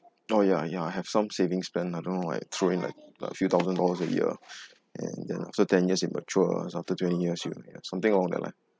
oh ya ya have some savings plan lah I don't know like throw in like a few thousand dollars a year and then after ten years it matures after twenty years you get something out of it